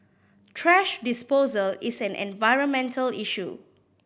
thrash disposal is an environmental issue